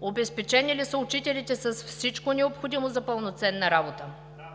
обезпечени ли са учителите с всичко необходимо за пълноценна работа;